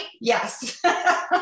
Yes